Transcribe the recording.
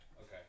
okay